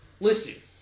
Listen